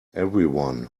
everyone